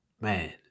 Man